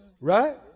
Right